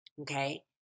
okay